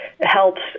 helps